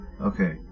Okay